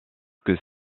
que